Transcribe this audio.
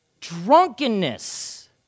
Drunkenness